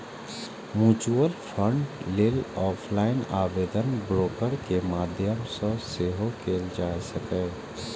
mutual fund लेल offline आवेदन broker के माध्यम सं सेहो कैल जा सकैए